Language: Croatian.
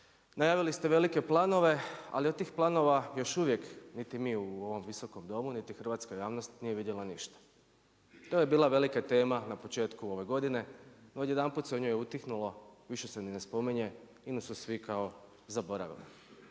najavili ste velike planove, ali od tih planova još uvijek niti mi u ovom Visokom domu, niti hrvatska javnost nije vidjela ništa. To je bila velika tema na početku ove godine, no odjedanput se o njoj utihnulo, više se ni ne spominje, INA-u su svi kao zaboravili.